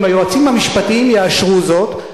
אם היועצים המשפטיים יאשרו זאת,